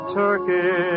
turkey